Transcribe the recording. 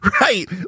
Right